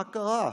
מה קרה?